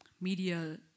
media